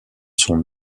son